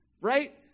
right